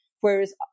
Whereas